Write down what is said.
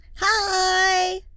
Hi